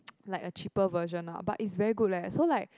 like a cheaper version lah but is very good leh so like